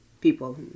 people